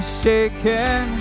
shaken